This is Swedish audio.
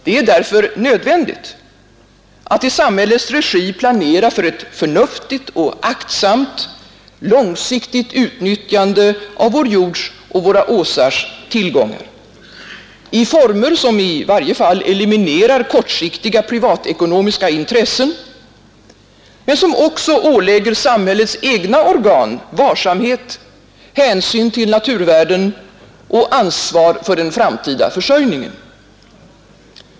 Det är därför nödvändigt att i samhällets regi planera för ett förnuftigt och aktsamt, långsiktigt utnyttjande av den svenska jordens och åsarnas tillgångar i former, som i varje fall eliminerar kortsiktiga privatekonomiska intressen, men som också ålägger samhällets egna organ varsamhet, hänsyn till naturvärden och ansvar för den framtida försörjningen.